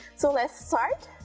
so let's start.